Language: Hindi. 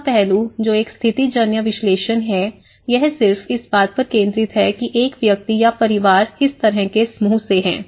तीसरा पहलू जो एक स्थितिजन्य विश्लेषण है यह सिर्फ इस बात पर केंद्रित है कि एक व्यक्ति या परिवार किस तरह के समूह से हैं